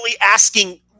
asking